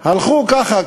הלכו ככה,